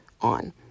on